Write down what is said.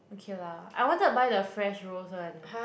okay lah I wanted to buy the fresh rose [one]